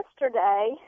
yesterday